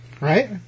Right